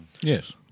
Yes